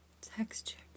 texture